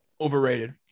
overrated